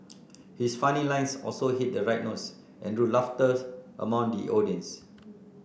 his funny lines also hit the right notes and drew laughter among the audience